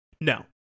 No